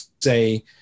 say